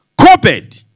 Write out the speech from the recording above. copied